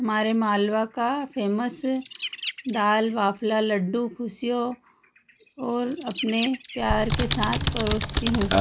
हमारे मालवा का फ़ेमस दाल बाफला लड्डू खुसियो और अपने प्यार के साथ परोसती हूँ